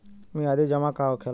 मियादी जमा का होखेला?